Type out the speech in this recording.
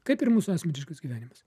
kaip ir mūsų asmeniškas gyvenimas